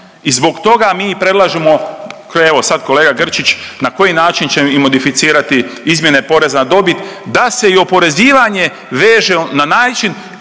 I zbog toga mi predlažemo evo sad kolega Grčić na koji način će modificirati izmjene Poreza na dobit, da se i oporezivanje veže na način